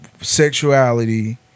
sexuality